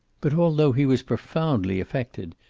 but although he was profoundly affected,